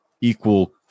equal